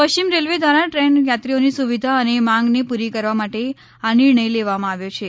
પશ્ચિમ રેલવે દ્વારા ટ્રેન યાત્રિઓની સુવિધા અને માંગને પૂરી કરવા માટે આ નિર્ણય લેવામાં આવ્યો છે